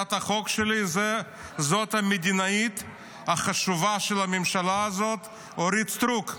הצעת החוק שלי זאת המדינאית החשובה של הממשלה הזאת אורית סטרוק.